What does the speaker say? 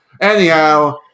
Anyhow